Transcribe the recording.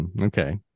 Okay